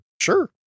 Sure